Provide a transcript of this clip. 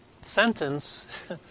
sentence